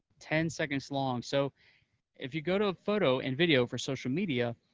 ten seconds long. so if you go to a photo and video for social media,